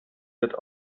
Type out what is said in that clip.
wird